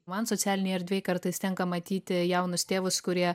man socialinėj erdvėj kartais tenka matyti jaunus tėvus kurie